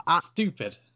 stupid